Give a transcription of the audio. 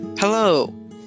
Hello